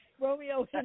Romeo